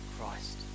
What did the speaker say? Christ